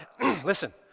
listen